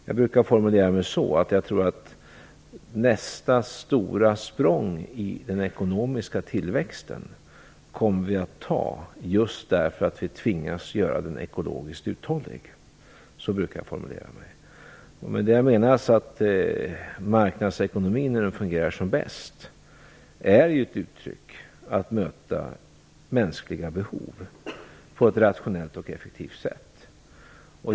Jag brukar formulera mig så att jag tror att vi kommer att ta nästa stora språng i den ekonomiska tillväxten just därför att vi tvingas göra den ekonomiskt uthållig. Med det menas att marknadsekonomin när den fungerar som bäst är ett sätt att möta mänskliga behov på ett rationellt och effektivt sätt.